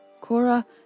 Cora